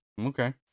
Okay